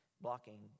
Blocking